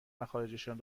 مخارجشان